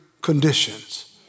conditions